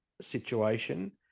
situation